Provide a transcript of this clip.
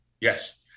Yes